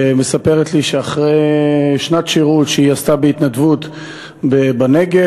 שמספרת לי שאחרי שנת שירות שהיא עשתה בהתנדבות בנגב